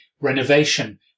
renovation